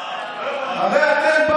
לא הבנתי.